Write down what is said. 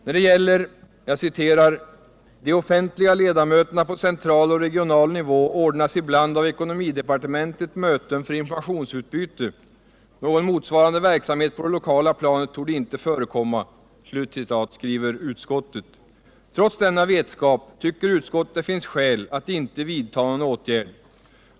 När det gäller ”de offentliga ledamöterna på central och regional nivå ordnas ibland av ekonomidepartementet möten för informationsutbyte. Någon motsvarande verksamhet på det lokala planet torde inte förekomma”, skriver utskottet. Trots denna vetskap tycker utskottet det inte finns skäl att vidta någon åtgärd.